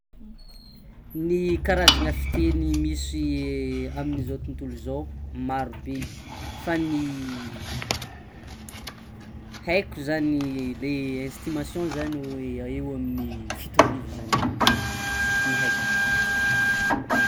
Ny karazana fiteny misy misy amin'izao tontolo izao marobe fa ny haiko zany le estimation zany eo amin'ny fito arivo zany ny haiko.